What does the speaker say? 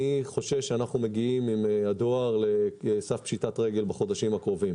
אני חושש שנגיע עם הדואר אל סף פשיטת רגל בחודשים הקרובים.